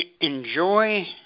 enjoy